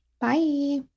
Bye